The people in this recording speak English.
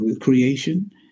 creation